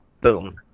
boom